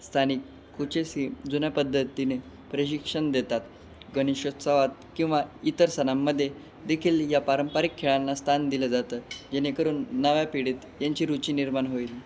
स्थानिक कुचेसी जुन्या पद्धतीने प्रशिक्षण देतात गणेशोत्सवात किंवा इतर सणांमध्ये देखील या पारंपरिक खेळांना स्थान दिलं जातं जेणेकरून नव्या पिढीत यांची रुची निर्माण होईल